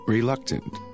Reluctant